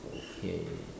okay